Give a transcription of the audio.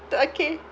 okay